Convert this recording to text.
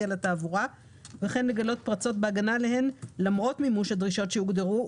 על התעבורה וכן לגלות פרצות בהגנה עליהן למרות מימוש הדרישות שהוגדרו,